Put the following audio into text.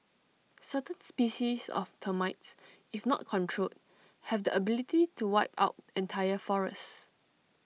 certain species of termites if not controlled have the ability to wipe out entire forests